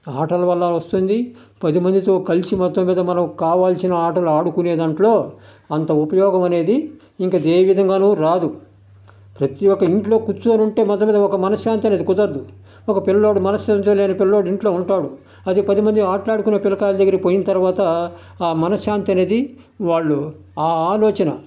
ఆటలు వల్ల వస్తుంది పదిమందితో కలిసి మొత్తం మీద మనకు కావాల్సిన ఆటలు ఆడుకునే దాంట్లో అంత ఉపయోగం అనేది ఇంకా ఏ విధంగాను రాదు ప్రతి ఒక్క ఇంట్లో కూర్చొని ఉంటే మొత్తం మీద ఒక మనశ్శాంతి అనేది కుదరదు ఒక పిల్లోడు మనశ్శాంతి లేని పిల్లోడు ఇంట్లో ఉంటాడు అది పదిమంది ఆటలాడుకునే పిల్లకాయల దగ్గరికి పోయిన తర్వాత ఆ మనశ్శాంతి అనేది వాళ్లు ఆ ఆలోచన